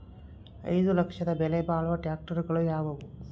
ಐದು ಲಕ್ಷದ ಬೆಲೆ ಬಾಳುವ ಟ್ರ್ಯಾಕ್ಟರಗಳು ಯಾವವು?